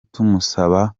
tumusaba